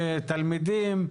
לתלמידים,